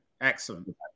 Excellent